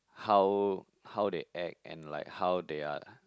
how how they act and like how they are